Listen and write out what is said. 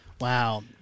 Wow